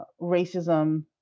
racism